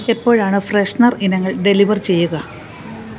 എപ്പോഴാണ് ഫ്രെഷ്നർ ഇനങ്ങൾ ഡെലിവർ ചെയ്യുക